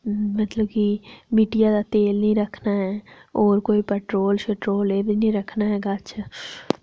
मतलब कि मिट्टिया दा तेल नि रक्खना ऐ और कोई पट्रोल श्ट्रोल एह् बी नि रक्खना ऐ कच्छ